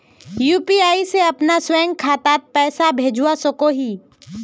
UPI से अपना स्वयं खातात पैसा भेजवा सकोहो ही?